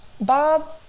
Bob